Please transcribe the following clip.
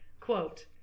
Quote